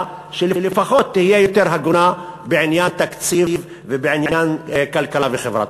שלפחות תהיה יותר הגונה בעניין התקציב ובעניין הכלכלה והחברה.